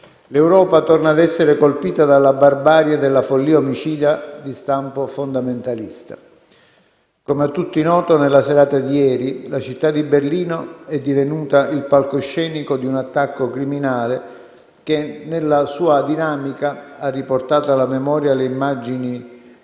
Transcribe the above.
l'Europa torna a essere colpita dalla barbarie della follia omicida di stampo fondamentalista. Com'è a tutti noto, nella serata di ieri, la città di Berlino è divenuta il palcoscenico di un attacco criminale che, nella sua dinamica, ha riportato alla memoria le immagini